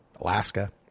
Alaska